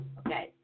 okay